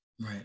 Right